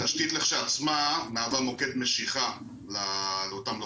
התשתית לכשעצמה מהווה מוקד משיכה לאותם לוחמים.